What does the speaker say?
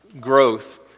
growth